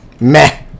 meh